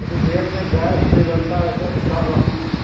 लेकिन पेट में गैस भी बनती है उसका भी